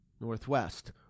northwest